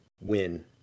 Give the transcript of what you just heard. win